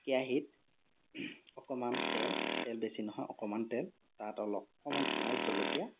কেৰাহীত অকণমান তেল তেল বেছি নহয় অকমান তেল তাত অলপ অকণমান পিঁয়াজ জলকীয়া